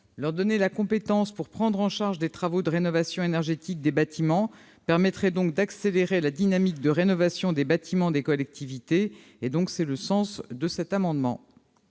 Leur donner la compétence de prendre en charge les travaux de rénovation énergétique des bâtiments permettrait d'accélérer la dynamique de rénovation des bâtiments des collectivités. Tel est le sens de cet amendement.